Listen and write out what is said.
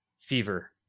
fever